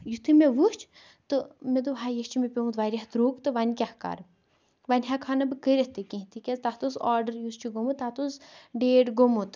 یُتھے مےٚ وٕچھ تہٕ مےٚ دوپ ہاے یہِ چھُ مےٚ پیومُت واریاہ دروگ تہٕ وۄںۍ کیاہ کَرٕ وۄنۍ ہیکہٕ ہا نہٕ بہٕ کٔرِتھ تہِ کِہیٖنۍ تہِ کیازِ تَتھ اوس آڈر یُس چھُ گومُت تَتھ اوس ڈیٹ گومُت